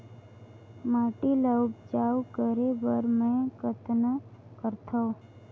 माटी ल उपजाऊ करे बर मै कतना करथव?